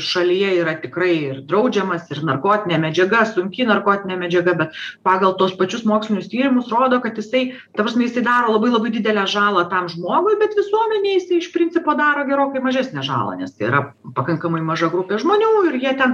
šalyje yra tikrai ir draudžiamas ir narkotinė medžiaga sunki narkotinė medžiaga bet pagal tuos pačius mokslinius tyrimus rodo kad jisai ta prasme jisai daro labai labai didelę žalą tam žmogui bet visuomenei jisai iš principo daro gerokai mažesnę žalą nes tai yra pakankamai maža grupė žmonių ir jie ten